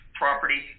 property